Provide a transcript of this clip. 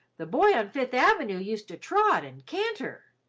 the boy on fifth avenue used to trot and canter!